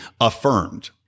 affirmed